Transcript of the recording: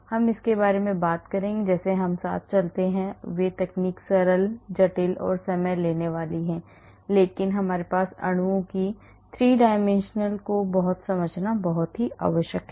हम इसके बारे में बात करेंगे जैसे हम साथ चलते हैं और वे तकनीक सरल जटिल और समय लेने वाली हैं लेकिन हमारे लिए अणुओं की 3 dimensional को समझना बहुत आवश्यक है